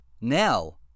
now